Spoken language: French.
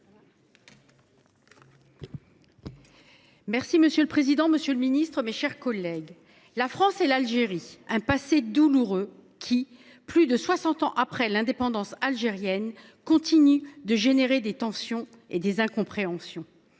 Monsieur le président, monsieur le ministre, mes chers collègues, la France et l’Algérie partagent un passé douloureux, qui, plus de soixante ans après l’indépendance algérienne, continue de susciter des tensions et des incompréhensions.